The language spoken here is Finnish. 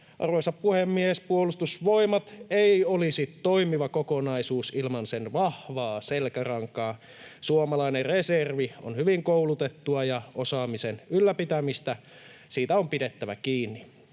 Arvoisa puhemies! Puolustusvoimat ei olisi toimiva kokonaisuus ilman sen vahvaa selkärankaa. Suomalainen reservi on hyvin koulutettua, ja osaamisen ylläpitämisestä on pidettävä kiinni.